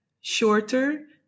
shorter